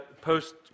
post